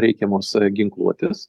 reikiamos ginkluotės